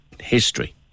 history